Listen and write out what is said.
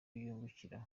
yungukira